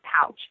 pouch